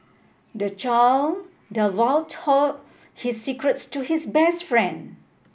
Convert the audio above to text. the child divulged all his secrets to his best friend